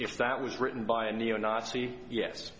if that was written by a neo nazi yes